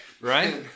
Right